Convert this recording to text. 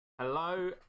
Hello